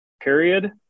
period